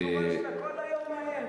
אני אומר שאתה כל היום מאיים.